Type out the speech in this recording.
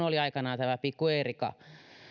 oli aikanaan tämä pikku eerika